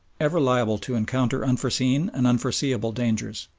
ever liable to encounter unforeseen and unforeseeable dangers.